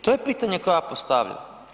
To je pitanje koje ja postavljam.